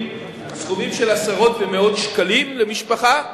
סכומים של עשרות ומאות שקלים למשפחה,